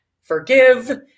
forgive